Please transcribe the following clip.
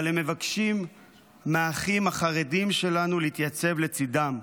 אבל הם מבקשים מהאחים החרדים שלנו להתייצב לצידם.